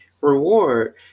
reward